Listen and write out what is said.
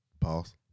Pause